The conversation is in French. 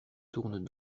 tournent